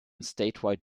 statewide